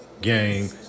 game